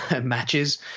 matches